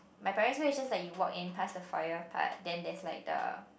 my primary school is just like you walk in pass the foyer part then there's the